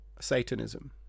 Satanism